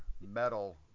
metal